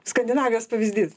skandinavijos pavyzdys